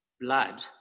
blood